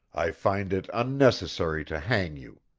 i find it unnecessary to hang you.